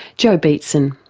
jo beatson.